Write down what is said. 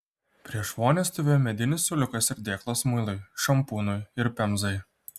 prieš vonią stovėjo medinis suoliukas ir dėklas muilui šampūnui ir pemzai